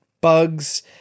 bugs